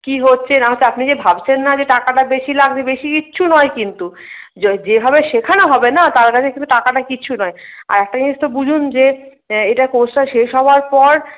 কী হচ্ছে না হচ্ছে আপনি যে ভাবছেন না যে টাকাটা বেশি লাগছে বেশি কিচ্ছু নয় কিন্তু যেভাবে শেখানো হবে না তার কাছে কিন্তু টাকাটা কিচ্ছু নয় আর একটা জিনিস তো বুঝুন যে এটা কোর্সটা শেষ হওয়ার পর